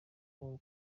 rwo